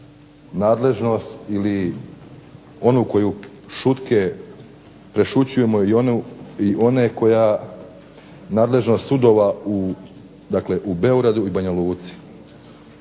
nadležnost ili onu koju šutke prešućujemo i one koja nadležnost sudova u, dakle u Beogradu i Banja Luci,